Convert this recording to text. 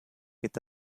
with